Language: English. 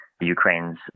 Ukraine's